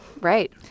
right